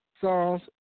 songs